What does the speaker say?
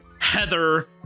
Heather